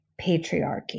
patriarchy